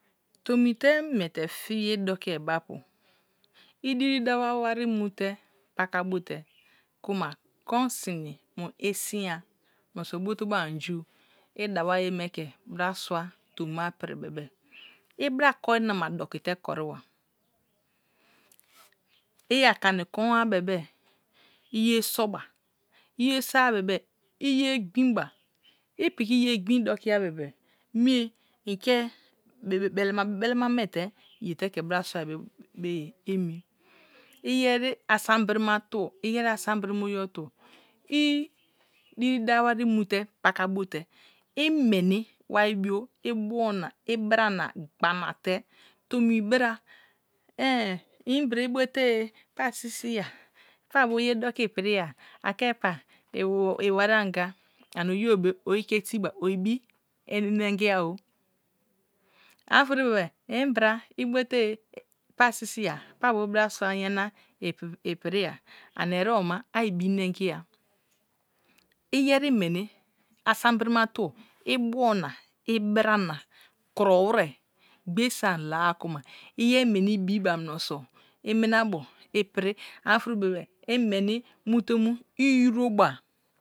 Tomi te mie te fiye doki ayi be̱ apu i diri dawa wari mu te puka boo te kuma komsini my siya munose bote bo anju davon ye we te bra sun touma pri bebe ubra koinama doki te koriba i akani hoa bebe iye soba ye soa be̱be̱ ye glom ba spiti ye girin dotaja bebe mie inke bele ma bele un ame te lye te he bitor suai be ye emi yen asamlorinama tubo yei asam birima oyibo tubo. I diri daw a wan mute pata boute meni wari ibio ibio na ibra gbana ke tomi bra eh inbre ibote eh pasisi ya pabo ye doki spireya ake pa i wari anga. Ani oyibo be oike treba obi inengiya o ani oferi bebe inbra abote ca pasisiya pa bo bra sua yana piriya ani érzboma abi inengiya iyen meni asam birima tubo buo na ibta na kuro wire quaiso ala-a lauma yen mani biba munose iminabo ipri anofori be̱be̱ i meni mute mu irwoba.